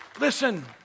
Listen